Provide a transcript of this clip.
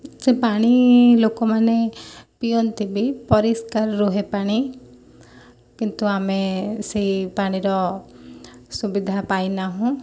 ସେ ପାଣି ଲୋକମାନେ ପିଅନ୍ତି ବି ପରିଷ୍କାର ରୁହେ ପାଣି କିନ୍ତୁ ଆମେ ସେଇ ପାଣିର ସୁବିଧା ପାଇନାହୁଁ